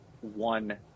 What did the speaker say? one